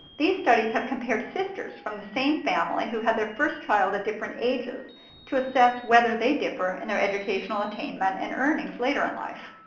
these studies have compared sisters from the same family who had their first child at different ages to assess whether they differ in their educational attainment and earnings later in life.